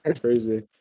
crazy